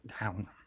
down